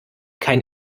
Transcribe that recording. kein